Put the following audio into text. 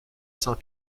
saint